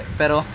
pero